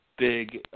big